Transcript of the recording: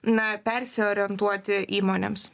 na persiorientuoti įmonėms